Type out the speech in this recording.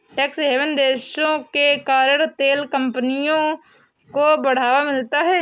tax haven देशों के कारण तेल कंपनियों को बढ़ावा मिलता है